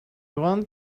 want